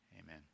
Amen